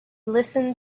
listened